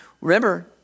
Remember